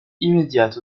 immédiate